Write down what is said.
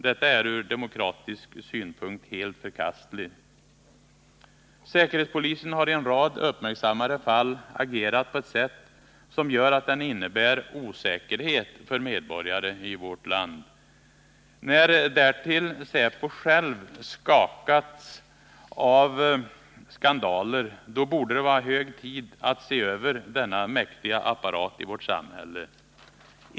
Detta är ur demokratisk synpunkt helt förkastligt. Säkerhetspolisen har i en rad uppmärksammade fall agerat på ett sätt som innebär osäkerhet för medborgare i vårt land. När därtill säpo själv skakats av skandaler, då borde det vara hög tid att se över denna mäktiga apparat i vårt samhälle.